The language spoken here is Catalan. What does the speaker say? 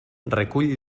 recull